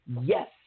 Yes